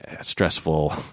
stressful